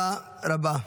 תודה רבה.